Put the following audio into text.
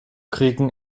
kriegen